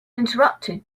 interrupted